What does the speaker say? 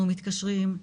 אנחנו מתקשרים,